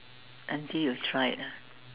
until you try it ah